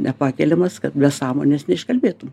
nepakeliamas kad be sąmonės neiškalbėtum